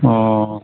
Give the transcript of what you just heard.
अ